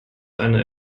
eine